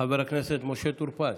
חבר הכנסת משה טור פז,